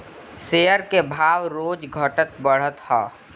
share के भाव रोज घटत बढ़त हअ